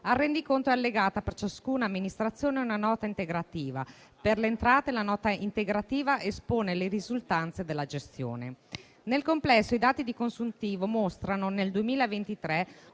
Al rendiconto è allegata, per ciascuna amministrazione, una nota integrativa. Per le entrate, la nota integrativa espone le risultanze della gestione. Nel complesso, i dati di consuntivo mostrano nel 2023